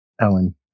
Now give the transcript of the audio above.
Ellen